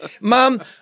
Mom